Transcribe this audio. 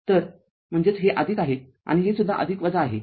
तरम्हणजेचहे आदिक आहे आणि हे सुद्धा आहे